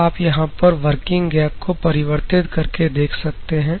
तो आप यहां पर वर्किंग गैप को परिवर्तित करके देख सकते हैं